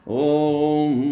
om